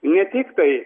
ne tiktai